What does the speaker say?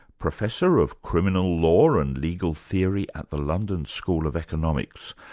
professor of criminal law and legal theory at the london school of economics.